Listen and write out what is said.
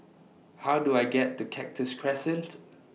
How Do I get to Cactus Crescent